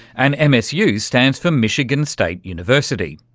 and msu stands for michigan state university.